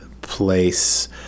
place